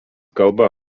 kalba